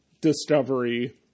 Discovery